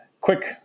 quick